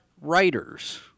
writers